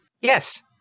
Yes